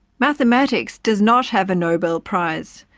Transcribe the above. mathematics does not have a nobel prize.